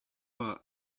our